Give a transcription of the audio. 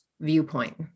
viewpoint